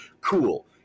cool